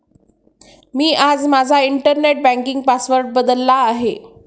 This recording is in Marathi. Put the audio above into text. मी आज माझा इंटरनेट बँकिंग पासवर्ड बदलला आहे